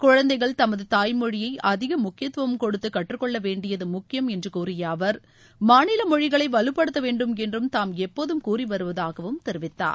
குழந்தைகள் தமது தாய் மொழியை அதிக முக்கியத்துவம் கொடுத்து கற்றுக்கொள்ள வேண்டியது முக்கியம் என்று கூறிய அவர் மாநில மொழிகளை வலுப்படுத்த வேண்டும் என்று தாம் எப்போதும் கூறி வருவதாகவும் தெரிவித்தார்